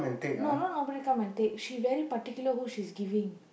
no not nobody come and take she very particular who she's giving